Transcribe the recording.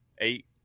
eight